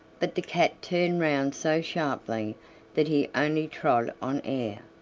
but the cat turned round so sharply that he only trod on air.